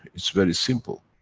it's very simple,